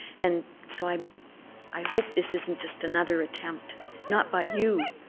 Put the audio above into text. and so i'm i hope this isn't just another attempt not by you,